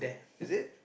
is it